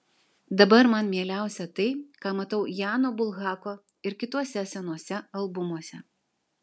dabar man mieliausia tai ką matau jano bulhako ir kituose senuose albumuose